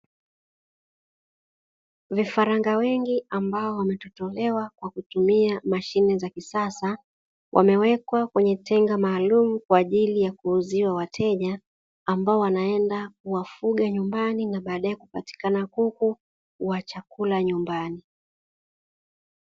Vifaranga wengi ambao wametotolewa kwa kutumia mashine za kisasa wamewekwa kwenye tenga maalumu kwa ajili ya kuuzia wateja, ambao wanaenda kuwafuga nyumbani na baadae kupatikana kuku wa chakula nyumbani.